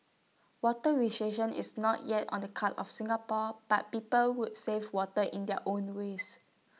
water rationing is not yet on the cards of Singapore but people who save water in their own ways